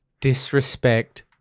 disrespect